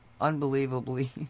Unbelievably